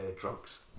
Drugs